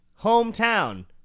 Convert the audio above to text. hometown